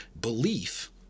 Belief